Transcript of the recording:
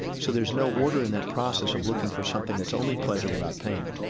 so there's no order in that process of looking for something that's only pleasure without pain.